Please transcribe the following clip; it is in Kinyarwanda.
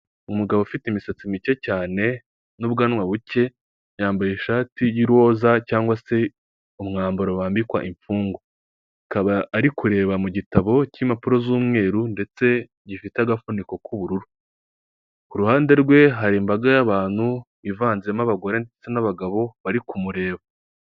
Umugabo ufite imisatsi mike cyane n'ubwanwa buke, yambaye ishati y'uroza cyangwa se umwambaro wambikwa imfungwa, akaba ari kureba mu gitabo k'impapuro z'umweru ndetse gifite agafuniko k'ubururu, iruhande rwe hari imbaga y'abantu ivanzemo abagore ndetse n'abagabo bari kumureba.